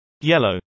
yellow